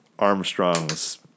Armstrong's